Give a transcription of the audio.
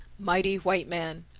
mighty white man,